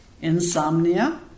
insomnia